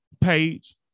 page